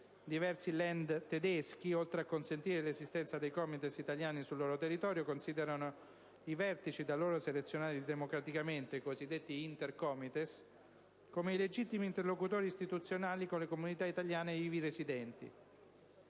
Diversi *Laender* tedeschi - oltre a consentire l'esistenza dei COMITES italiani sul loro territorio - considerano i vertici da loro selezionati democraticamente (i cosiddetti Inter comites) come i legittimi interlocutori istituzionali con le comunità italiane ivi residenti.